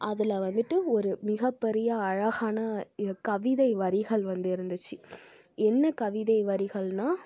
அதில் வந்துட்டு ஒரு மிகப்பெரிய அழகான கவிதை வரிகள் வந்து இருந்துச்சு என்ன கவிதை வரிகள்ன்னால்